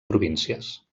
províncies